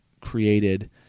created